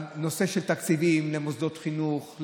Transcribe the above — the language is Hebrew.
על נושא של תקציבים למוסדות לחינוך,